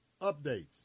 updates